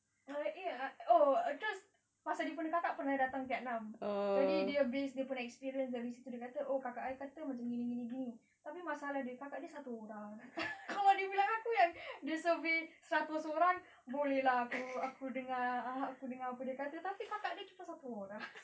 like eh ah oh terus pasal dia punya kakak pernah datang vietnam jadi dia based her own experience dari situ dia kata kakak I kata macam gini gini gini tapi masalah dia kakak dia satu orang kalau dia bilang aku yang dia survey seratus orang boleh lah aku aku dengar aku dengar apa dia kata tapi kakak dia kan satu orang